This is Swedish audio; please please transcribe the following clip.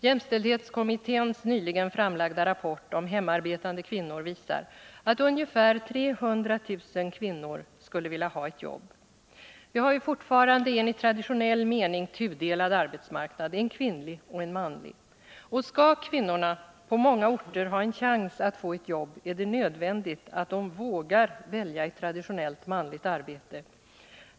Jämställdhetskommitténs nyligen framlagda rapport om hemarbetande kvinnor visar att ungefär 300 000 kvinnor skulle vilja ha ett jobb. Vi har fortfarande en i traditionell mening tudelad arbetsmarknad, en kvinnlig och en manlig. Skall kvinnorna på många orter ha en chans att få ett jobb är det nödvändigt att de vågar välja ett traditionellt manligt arbete.